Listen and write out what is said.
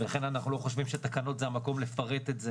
ולכן אנחנו לא חושבים שתקנות זה המקום לפרט את זה